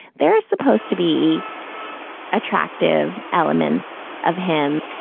they're supposed to be attractive elements of him.